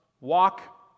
walk